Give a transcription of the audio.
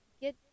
get